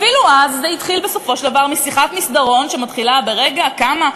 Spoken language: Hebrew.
אפילו אז זה התחיל בסופו של דבר משיחת מסדרון שמתחילה ברגע: כמה?